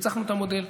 שפיצחנו את המודל,